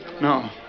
No